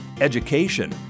education